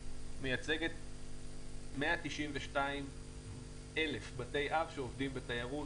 מייצגים 192,000 בתי אב שעובדים בתיירות,